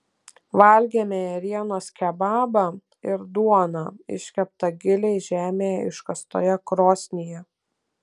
valgėme ėrienos kebabą ir duoną iškeptą giliai žemėje iškastoje krosnyje